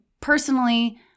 personally